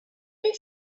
file